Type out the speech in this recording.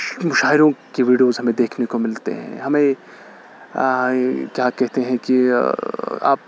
مشاعروں کے ویڈوز ہمیں دیکھنے کو ملتے ہیں ہمیں کیا کہتے ہیں کہ آپ